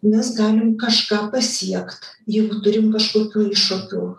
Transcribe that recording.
mes galim kažką pasiekt jeigu turim kažkokių iššūkių